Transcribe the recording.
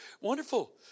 wonderful